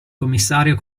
commissario